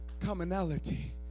commonality